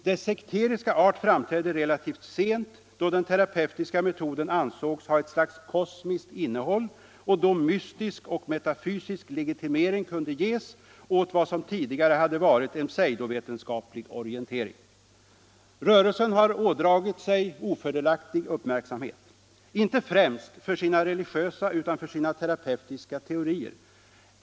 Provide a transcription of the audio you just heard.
Dess sekteriska art framträdde relativt sent, då den terapeutiska metoden ansågs ha ett slags kosmiskt innehåll och då mystisk och metafysisk legitimering kunde ges åt vad som tidigare hade varit en pseudovetenskaplig orientering. Rörelsen har ådragit sig ofördelaktig uppmärksamhet, inte främst för sina religiösa utan för sina terapeutiska teorier.